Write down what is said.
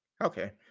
Okay